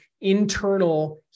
internal